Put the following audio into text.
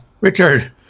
Richard